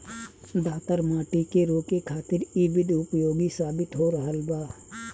दहतर माटी के रोके खातिर इ विधि उपयोगी साबित हो रहल बा